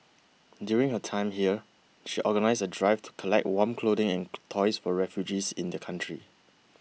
during her time here she organised a drive to collect warm clothing and toys for refugees in the country